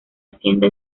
hacienda